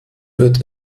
wird